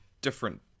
different